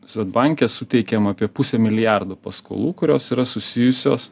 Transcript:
svedbanke suteikiama apie pusė milijardo paskolų kurios yra susijusios